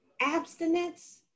abstinence